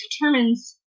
determines